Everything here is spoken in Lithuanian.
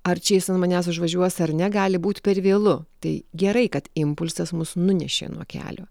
ar čia jis ant manęs užvažiuos ar ne gali būt per vėlu tai gerai kad impulsas mus nunešė nuo kelio